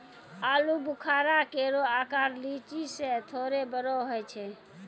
आलूबुखारा केरो आकर लीची सें थोरे बड़ो होय छै